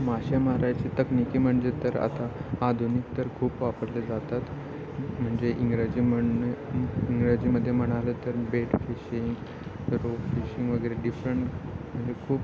मासे मारायची तकनिकी म्हणजे तर आता आधुनिक तर खूप वापरले जातात म्हणजे इंग्रजी म्हणे इंग्रजीमध्ये म्हणालं तर बेट फिशिंग रोक फिशिंग वगैरे डिफरंट म्हणजे खूप